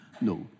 no